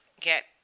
get